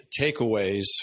takeaways